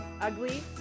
ugly